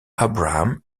abraham